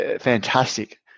fantastic